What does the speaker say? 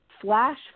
flash